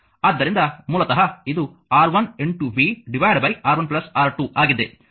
ಆದ್ದರಿಂದ ಮೂಲತಃ ಇದು R1v R1 R2 ಆಗಿದೆ